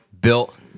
built